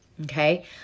Okay